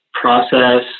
process